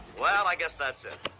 well, i guess that's it.